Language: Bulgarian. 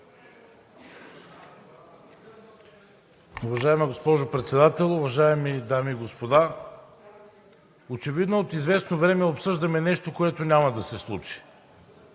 Уважаема госпожо Председател, уважаеми дами и господа! Очевидно от известно време обсъждаме нещо, което няма да се случи,